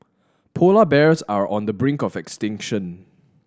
polar bears are on the brink of extinction